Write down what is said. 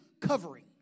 covering